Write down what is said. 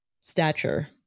stature